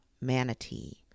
manatee